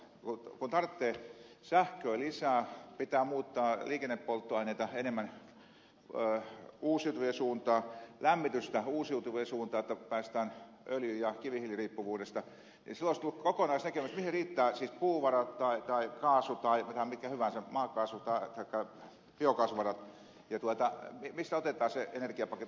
kun tarvitaan sähköä lisää pitää muuttaa liikennepolttoaineita enemmän uusiutuvien suuntaan lämmitystä uusiutuvien suuntaan jotta päästään öljy ja kivihiiliriippuvuudesta niin silloin olisi tullut kokonaisnäkemys siitä mihin riittävät puuvarat tai kaasu tai ihan mitkä hyvänsä maakaasu taikka biokaasuvarat ja mistä otetaan se energiapaketti